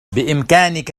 بإمكانك